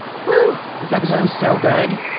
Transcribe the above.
whew! this episode is so good.